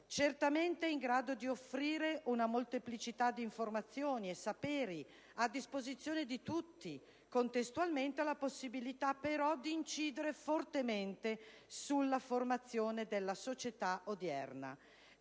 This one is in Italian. certamente in grado di offrire una molteplicità di informazioni e saperi a disposizione di tutti, ma anche, contestualmente, per la possibilità di incidere fortemente sulla formazione della società odierna